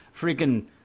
Freaking